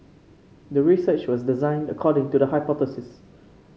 the research was designed according to the hypothesis